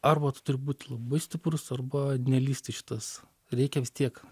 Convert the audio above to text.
arba tu turi būt labai stiprus arba nelįst į šitas reikia vis tiek